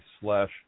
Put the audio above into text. slash